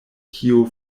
kio